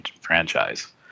franchise